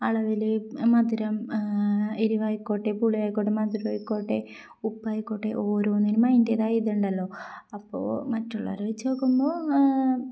അളവിൽ മധുരം എരിവായിക്കോട്ടെ പുളിയായിക്കോട്ടെ മധുരമായിക്കോട്ടെ ഉപ്പായിക്കോട്ടെ ഓരോന്നിനും അതിൻ്റേതായ ഇതുണ്ടല്ലോ അപ്പോൾ മറ്റുള്ളവരെ വച്ചു നോക്കുമ്പോൾ